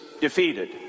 defeated